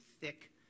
thick